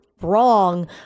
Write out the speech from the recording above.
wrong